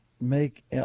make